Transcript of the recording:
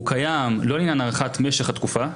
הוא קיים לא לעניין הארכת משך התקופה,